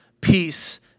peace